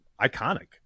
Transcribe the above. iconic